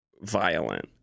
violent